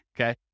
Okay